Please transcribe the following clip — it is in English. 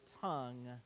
tongue